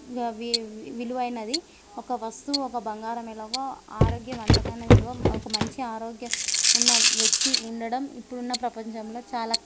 వి విలువైనది ఒక వస్తువు ఒక బంగారమెలాగో ఆరోగ్యం అంతకన్నా విలువ ఒక మంచి ఆరోగ్యం ఉన్న వ్యక్తి ఉండడం ఇప్పుడున్న ప్రపంచంలో చాలా